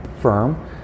firm